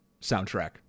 soundtrack